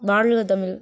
வாழ்க தமிழ்